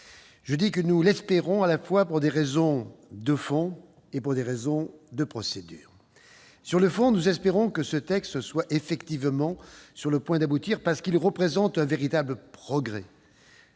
Je dis que nous l'espérons, pour des raisons à la fois de fond et de procédure. Sur le fond, nous espérons que ce texte soit effectivement sur le point d'aboutir parce qu'il représente un véritable progrès.